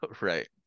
Right